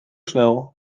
snel